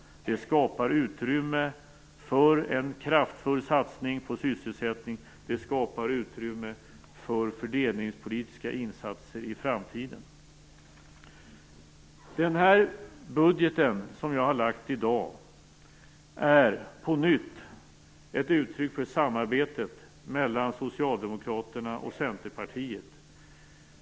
Det skapar utrymme för en kraftfull satsning på sysselsättning och det skapar utrymme för fördelningspolitiska insatser i framtiden. Den budget som jag har lagt i dag är på nytt ett uttryck för samarbetet mellan Socialdemokraterna och Centerpartiet.